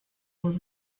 were